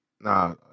nah